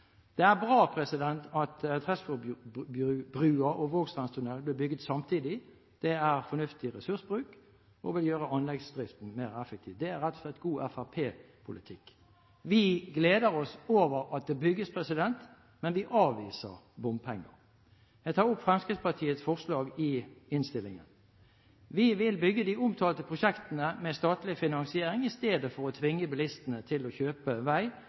Det er bra at Tresfjordbrua og Vågstrandstunnelen blir bygget samtidig. Det er fornuftig ressursbruk og vil gjøre anleggsdriften mer effektiv. Det er rett og slett god FrP-politikk. Vi gleder oss over at det bygges, men vi avviser bompenger. Jeg tar opp Fremskrittspartiets forslag i innstillingen. Vi vil bygge de omtalte prosjektene med statlig finansiering i stedet for å tvinge bilistene til å kjøpe vei